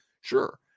Sure